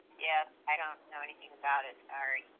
yeah i don't know anything about it, sorry.